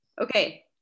okay